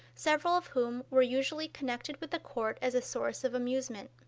several of whom were usually connected with the court as a source of amusement.